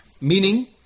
meaning